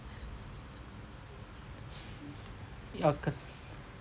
ya cause